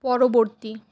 পরবর্তী